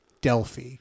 Delphi